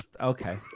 okay